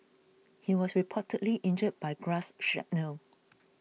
he was reportedly injured by grass shrapnel